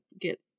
get